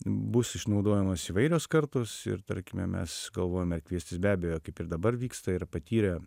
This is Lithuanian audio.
bus išnaudojamas įvairios kartos ir tarkime mes galvojame kviestis be abejo kaip ir dabar vyksta ir patyrę